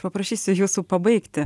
paprašysiu jūsų pabaigti